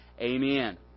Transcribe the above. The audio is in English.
Amen